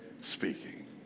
speaking